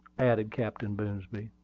added captain boomsby.